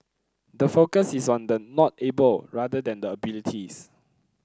the focus is on the not able rather than the abilities